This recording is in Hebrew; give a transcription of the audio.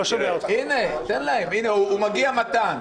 הנה, מתן מגיע.